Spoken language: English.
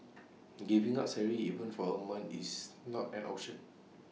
giving up salary even for A month is not an option